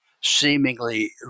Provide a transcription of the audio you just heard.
seemingly